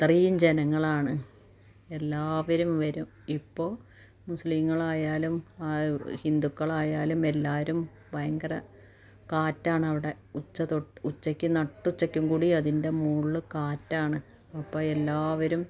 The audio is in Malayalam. അത്രയും ജനങ്ങളാണ് എല്ലാവരും വരും ഇപ്പോൾ മുസ്ലീങ്ങളായാലും ഹിന്ദുക്കളായാലും എല്ലാവരും ഭയങ്കര കാറ്റാണ് അവിടെ ഉച്ച തൊട്ട് ഉച്ചക്ക് നട്ടുച്ചക്കും കൂടി അതിൻ്റെ മോളിൽ കാറ്റാണ് അപ്പം എല്ലാവരും